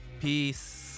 peace